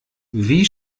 wie